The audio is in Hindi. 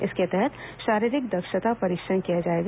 इसके तहत शारीरिक दक्षता परीक्षण किया जाएगा